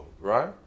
right